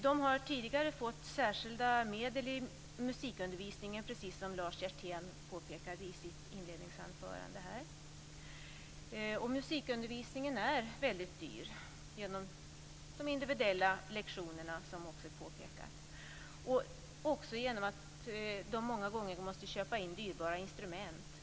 De har tidigare fått särskilda medel till musikundervisningen, precis som Lars Hjertén påpekade i sitt inledningsanförande. Musikundervisningen är väldigt dyr genom de individuella lektionerna, som också har påpekats. Den är dyr också genom att man många gånger måste köpa in dyrbara instrument.